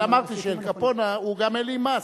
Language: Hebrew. לכן אמרתי שאל קפונה, הוא גם העלים מס,